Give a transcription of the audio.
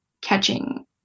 catching